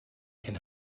can